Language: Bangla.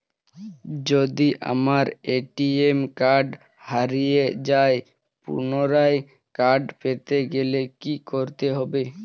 যদি আমার এ.টি.এম কার্ড হারিয়ে যায় পুনরায় কার্ড পেতে গেলে কি করতে হবে?